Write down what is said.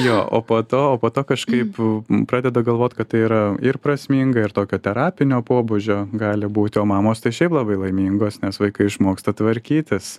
jo o po to o po to kažkaip pradeda galvot kad tai yra ir prasminga ir tokio terapinio pobūdžio gali būti o mamos šiaip labai laimingos nes vaikai išmoksta tvarkytis